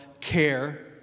care